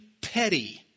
Petty